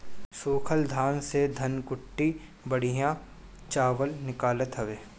सूखल धान से धनकुट्टी बढ़िया चावल निकालत हवे